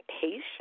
patience